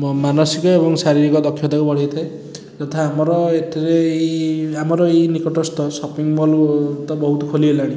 ମାନସିକ ଏବଂ ଶାରୀରିକ ଦକ୍ଷତାକୁ ବଢ଼େଇ ଥାଏ ଯଥା ଆମର ଏଥିରେ ଏହି ଆମର ଏହି ନିକଟସ୍ଥ ସପିଂ ମଲ୍ ତ ବହୁତ ଖୋଲି ଗଲାଣି